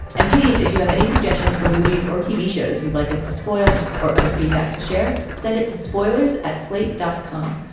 and please if you have any suggestions for movies or tv shows you'd like us to spoil or other feedback to share. send it to spoilers at slate dot com.